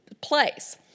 place